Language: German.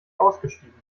ausgestiegen